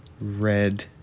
red